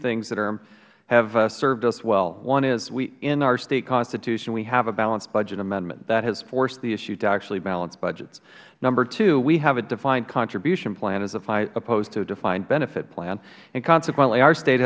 things that have served us well one is in our state constitution we have a balance budget amendment that has forced the issue to actually balance budget number two we have a defined contribution plan as opposed to a defined benefit plan and consequently our state